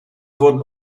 wurden